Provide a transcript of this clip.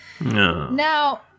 Now